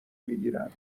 میگیرم